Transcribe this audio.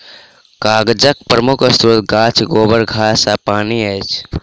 कागजक प्रमुख स्रोत गाछ, गोबर, घास आ पानि अछि